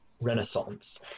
renaissance